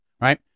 right